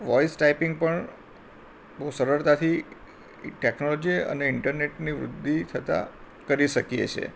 voice typing પણ બહુ સરળતાથી ટેકનોલોજી અને ઇન્ટરનેટની વૃદ્ધિ થતાં કરી શકીએ છીએ